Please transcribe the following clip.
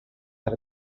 had